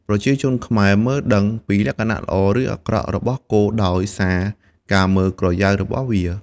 ប្រជាជនខ្មែរមើលដឹងពីលក្ខណៈល្អ ឬអាក្រក់របស់គោដោយសារការមើលក្រយៅរបស់វា។